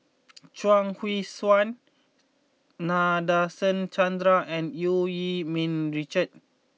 Chuang Hui Tsuan Nadasen Chandra and Eu Yee Ming Richard